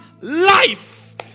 life